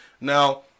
Now